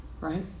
right